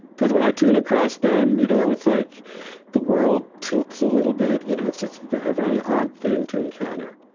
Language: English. because when i tune across them, you know, it is like the world tilts a little bit, you know, it is just a very odd thing to encounter